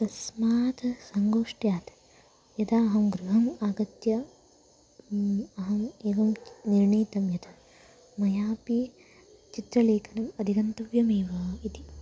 तस्मात् सङ्गोष्ठ्यात् यदा अहं गृहम् आगत्य अहम् एवं निर्णीतं यत् मयापि चित्रलेखनम् अधिगन्तव्यमेव इति